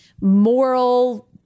moral